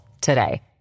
today